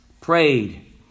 prayed